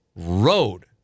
road